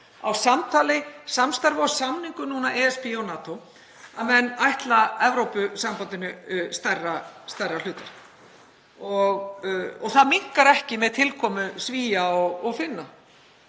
á samtali, samstarfi og samningum ESB og NATO að menn ætla Evrópusambandinu stærra hlutverk og það minnkar ekki með tilkomu Svía og Finna